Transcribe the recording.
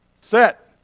Set